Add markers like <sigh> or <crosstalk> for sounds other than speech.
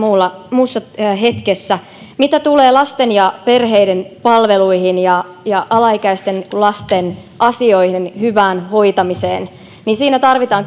muussa hetkessä mitä tulee lasten ja perheiden palveluihin ja ja alaikäisten lasten asioiden hyvään hoitamiseen niin siinä tarvitaan <unintelligible>